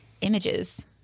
images